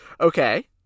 Okay